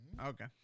Okay